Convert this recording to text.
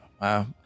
Wow